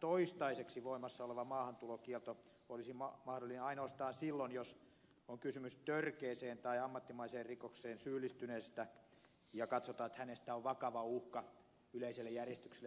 toistaiseksi voimassa oleva maahantulokielto olisi mahdollinen ainoastaan silloin jos on kysymys törkeään tai ammattimaiseen rikokseen syyllistyneestä ja katsotaan että hänestä on vakavaa uhkaa yleiselle järjestykselle ja turvallisuudelle